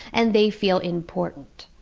and they feel important.